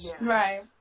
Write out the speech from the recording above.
Right